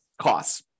costs